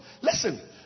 Listen